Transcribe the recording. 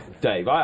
Dave